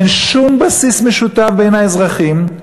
אין שום בסיס משותף בין האזרחים,